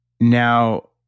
Now